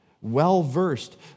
Well-versed